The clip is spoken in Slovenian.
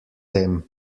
tem